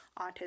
autism